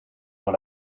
dans